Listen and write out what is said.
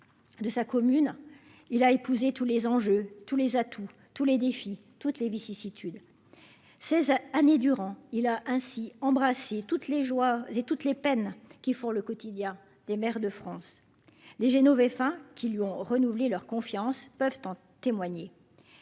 de sa commune, il a épousé tous les enjeux tous les atouts, tous les défis toutes les vicissitudes 16 années durant, il a ainsi embrasser toutes les joies et toutes les peines qui font le quotidien des maires de France, les Novès enfin qui lui ont renouvelé leur confiance, peuvent en témoigner